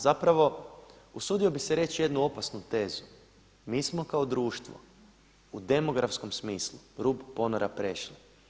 Zapravo usudio bih se reći jednu opasnu tezu, mi smo kao društvo u demografskom smislu rub ponora prešli.